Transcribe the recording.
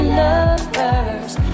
lovers